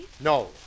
No